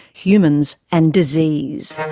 humans and disease.